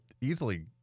easily